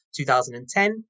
2010